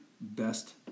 best